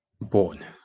Born